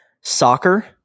Soccer